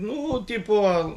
nu tipo